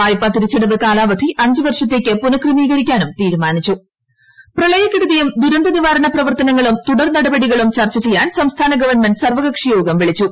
വായ്പാ തിരിച്ചടവ് കാലാവധി അഞ്ച് വർഷത്തേക്ക് പുനക്രമീകരിക്കാനും തീരുമാനിച്ചു പ്രളയക്കെടുതിയും ദുരന്ത നിവാരണ പ്രവർത്തനങ്ങളും തുടർനടപടികളും ചർച്ചചെയ്യാൻ സംസ്ഥാന ഗവൺമെന്റ് സർവകക്ഷി യോഗം വിളിച്ചു